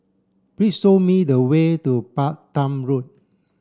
please show me the way to Balam Road